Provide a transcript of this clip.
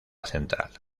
central